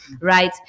Right